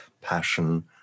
passion